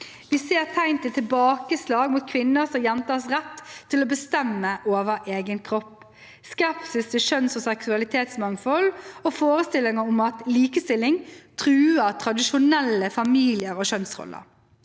Vi ser tegn til tilbakeslag mot kvinners og jenters rett til å bestemme over egen kropp, skepsis til kjønns- og seksualitetsmangfold og forestillinger om at likestilling truer tradisjonelle familier og kjønnsroller.